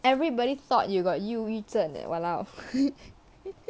everybody thought you got 忧郁症 leh !walao!